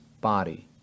body